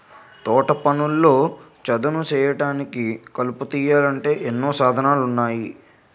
తోటపనుల్లో చదును సేయడానికి, కలుపు తీయాలంటే ఎన్నో సాధనాలున్నాయి